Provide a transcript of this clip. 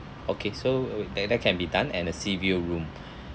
okay so that that can be done and the sea view room